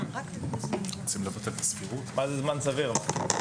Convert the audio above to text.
מה זה זמן סביר?